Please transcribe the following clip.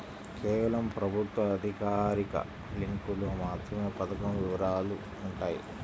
కేవలం ప్రభుత్వ అధికారిక లింకులో మాత్రమే పథకం వివరాలు వుంటయ్యి